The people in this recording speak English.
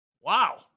Wow